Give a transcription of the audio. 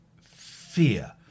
fear